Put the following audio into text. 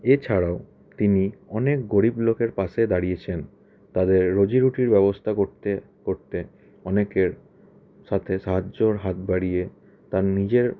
এছাড়াও তিনি অনেক গরীব লোকের পাশে দাঁড়িয়েছেন তাদের রুজি রুটির ব্যবস্থা করতে করতে অনেকের সাথে সাহায্যের হাত বাড়িয়ে তার নিজের